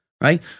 right